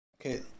Okay